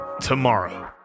tomorrow